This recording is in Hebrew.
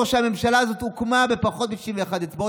שהממשלה הזאת הוקמה בפחות מ-61 אצבעות,